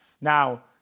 Now